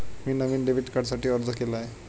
मी नवीन डेबिट कार्डसाठी अर्ज केला आहे